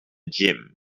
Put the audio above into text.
gym